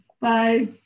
Bye